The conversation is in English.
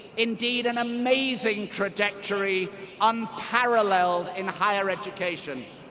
indeed an amazing trajectory unparalleled in higher education.